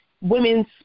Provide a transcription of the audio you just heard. women's